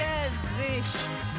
Gesicht